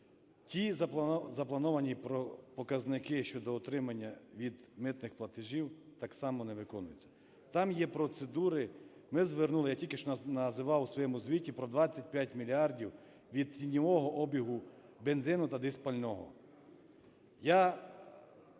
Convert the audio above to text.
Ті заплановані показники щодо утримання від митних платежів так само не виконуються. Там є процедури, ми звернули… Я тільки що називав у своєму звіті про 25 мільярдів від тіньового обігу бензину та дизпального.